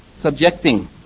subjecting